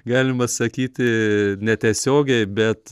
galima sakyti netiesiogiai bet